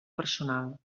personal